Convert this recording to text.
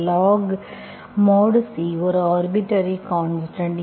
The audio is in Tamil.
Log mod C ஒரு ஆர்பிட்டர்ரி கான்ஸ்டன்ட்